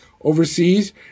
overseas